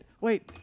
Wait